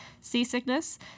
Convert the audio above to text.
seasickness